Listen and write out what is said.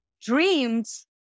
dreams